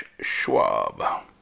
Schwab